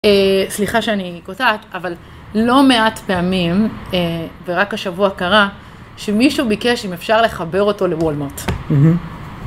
סליחה שאני קוטעת, אבל לא מעט פעמים ורק השבוע קרה שמישהו ביקש אם אפשר לחבר אותו לוולמארט.